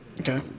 Okay